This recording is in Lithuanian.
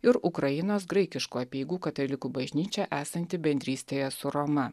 ir ukrainos graikiškų apeigų katalikų bažnyčia esanti bendrystėje su roma